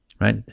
right